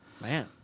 man